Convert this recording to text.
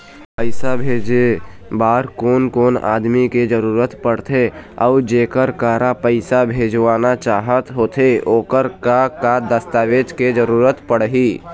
पैसा भेजे बार कोन कोन आदमी के जरूरत पड़ते अऊ जेकर करा पैसा भेजवाना चाहत होथे ओकर का का दस्तावेज के जरूरत पड़ही?